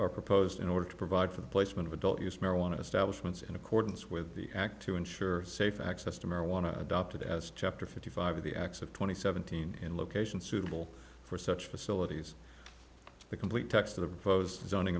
are proposed in order to provide for the placement of adult use marijuana establishments in accordance with the act to ensure safe access to marijuana adopted as chapter fifty five of the acts of twenty seventeen in location suitable for such facilities the complete text of the photos